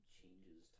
changes